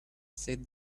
said